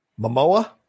Momoa